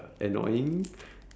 annoying